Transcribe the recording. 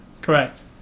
Correct